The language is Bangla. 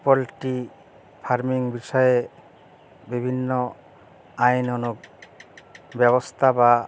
পোলট্রি ফার্মিং বিষয়ে বিভিন্ন আইনানুগ ব্যবস্থা বা